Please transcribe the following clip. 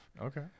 okay